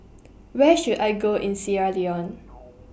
Where should I Go in Sierra Leone